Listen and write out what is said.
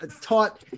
taught